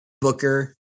Booker